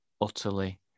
utterly